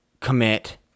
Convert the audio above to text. commit